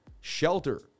Shelter